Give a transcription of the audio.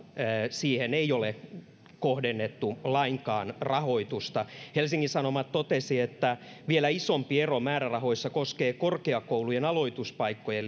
siihen ei ole kohdennettu lainkaan rahoitusta helsingin sanomat totesi että vielä isompi ero määrärahoissa koskee korkeakoulujen aloituspaikkojen